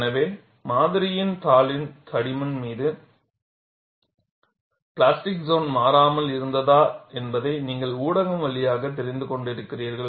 எனவே மாதிரியின் தாளின் தடிமன் மீது பிளாஸ்டிக் சோன் மாறாமல் இருந்ததா என்பதை நீங்கள் ஊடகம் வழியாகக் தெரிந்து கொண்டிருக்கிறீர்கள்